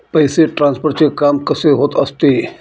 पैसे ट्रान्सफरचे काम कसे होत असते?